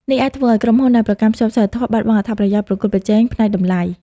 នេះអាចធ្វើឱ្យក្រុមហ៊ុនដែលប្រកាន់ខ្ជាប់សីលធម៌បាត់បង់អត្ថប្រយោជន៍ប្រកួតប្រជែងផ្នែកតម្លៃ។